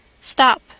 Stop